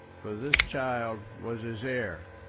for this child was his heir.